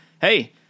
hey